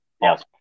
Yes